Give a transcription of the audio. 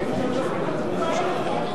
אדוני היושב-ראש,